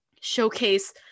showcase